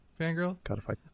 Fangirl